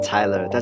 Tyler